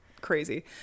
crazy